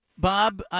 Bob